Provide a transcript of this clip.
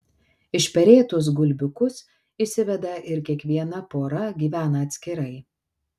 išperėtus gulbiukus išsiveda ir kiekviena pora gyvena atskirai